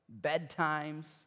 bedtimes